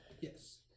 Yes